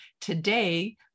today